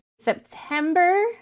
September